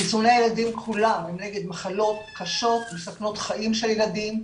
חיסוני הילדים כולם הם נגד מחלות קשות מסכנות חיים של ילדים,